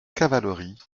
cavalerie